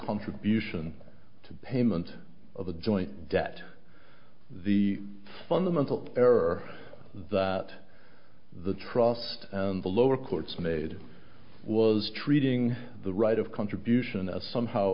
contribution to payment of a joint debt the fundamental error that the trust and the lower courts made was treating the right of contribution as somehow